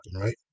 right